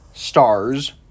Stars